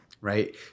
right